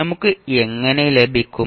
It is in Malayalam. നമുക്ക് എങ്ങനെ ലഭിക്കും